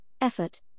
effort